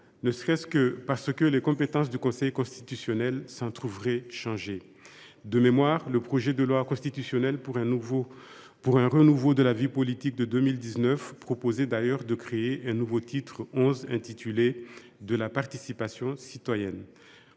ne serait ce que parce que les compétences du Conseil constitutionnel s’en trouveraient changées. De mémoire, le projet de loi constitutionnelle pour un renouveau de la vie démocratique de 2019 créait d’ailleurs un nouveau titre XI intitulé « De la participation citoyenne ».